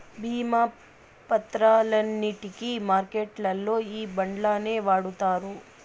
భీమా పత్రాలన్నింటికి మార్కెట్లల్లో ఈ బాండ్లనే వాడుతారు